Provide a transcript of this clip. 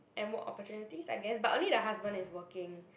and work opportunities I guess but only the husband is working